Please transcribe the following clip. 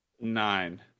Nine